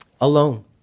alone